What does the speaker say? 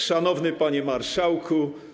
Szanowny Panie Marszałku!